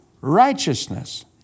righteousness